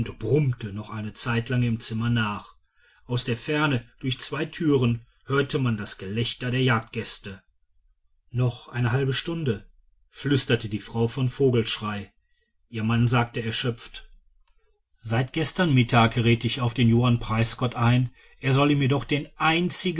brummte noch eine zeitlang im zimmer nach aus der ferne durch zwei türen hörte man das gelächter der jagdgäste noch eine halbe stunde flüsterte die frau von vogelschrey ihr mann sagte erschöpft seit gestern mittag red ich auf den johann preisgott ein er soll mir doch den einzigen